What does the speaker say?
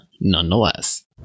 nonetheless